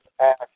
ask